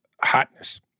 hotness